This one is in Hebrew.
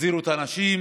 החזירו את האנשים